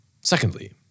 Secondly